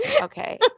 Okay